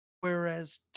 whereas